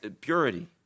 purity